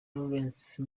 lawrence